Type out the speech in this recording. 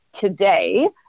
today